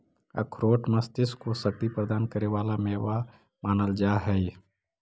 अखरोट मस्तिष्क को शक्ति प्रदान करे वाला मेवा मानल जा हई